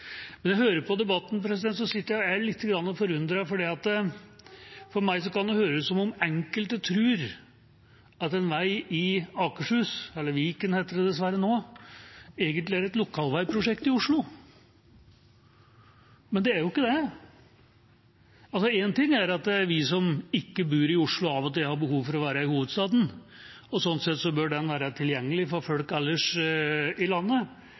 jeg hører på debatten, sitter jeg og er lite grann forundret, for for meg kan det høres ut som om enkelte tror at en vei i Akershus – eller Viken heter det dessverre nå – egentlig er et lokalveiprosjekt i Oslo. Men det er jo ikke det. Én ting er at vi som ikke bor i Oslo, av og til har behov for å være i hovedstaden, og sånn sett bør den være tilgjengelig for folk ellers i landet.